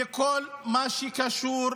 בכל מה שקשור לנגב,